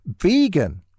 vegan